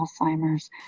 Alzheimer's